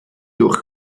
durch